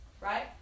Right